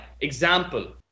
example